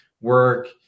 work